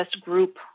group